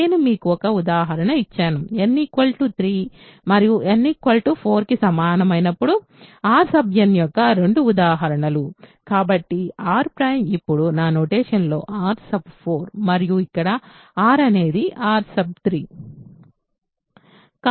నేను మీకు ఒక ఉదాహరణ ఇచ్చాను n 3 మరియు n 4 కి సమానం అయినప్పుడు R n యొక్క రెండు ఉదాహరణలు కాబట్టి R ′ ఇప్పుడు నా నొటేషన్ లో R4 మరియు ఇక్కడ R అనేది R3